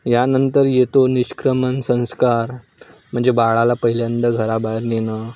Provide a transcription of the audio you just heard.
यानंतर येतो निष्क्रमण संस्कार म्हणजे बाळाला पहिल्यांदा घराबाहेर नेणं